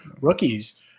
rookies